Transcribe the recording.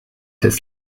des